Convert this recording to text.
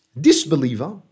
disbeliever